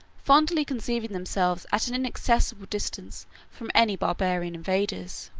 fondly conceiving themselves at an inaccessible distance from any barbarian invaders.